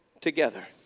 together